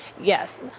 Yes